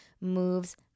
moves